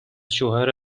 شوهر